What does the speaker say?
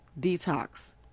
detox